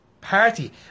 party